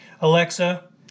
Alexa